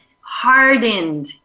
hardened